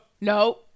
No